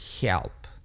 help